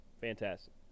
Fantastic